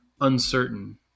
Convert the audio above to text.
uncertain